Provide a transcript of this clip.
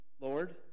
Lord